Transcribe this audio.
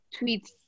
tweets